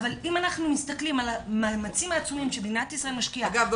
אבל אם אנחנו מסתכלים על המאמצים העצומים שמדינת ישראל משקיעה -- אגב,